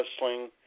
wrestling